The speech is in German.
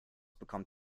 bekommt